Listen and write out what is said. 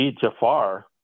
Jafar